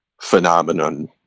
phenomenon